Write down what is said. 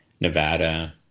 Nevada